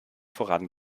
voran